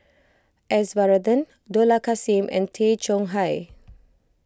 S Varathan Dollah Kassim and Tay Chong Hai